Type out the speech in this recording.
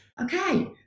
okay